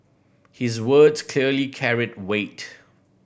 his words clearly carried weight